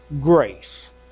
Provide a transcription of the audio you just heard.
grace